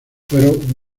fueron